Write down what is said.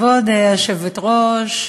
כבוד היושבת-ראש,